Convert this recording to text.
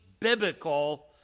biblical